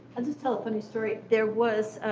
i'll just tell a funny story. there was